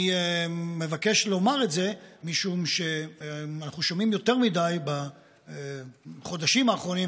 אני מבקש לומר את זה משום שאנחנו שומעים יותר מדי בחודשים האחרונים,